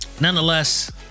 Nonetheless